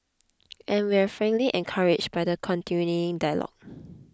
and we're frankly encouraged by the continuing dialogue